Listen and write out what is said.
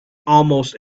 almost